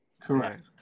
Correct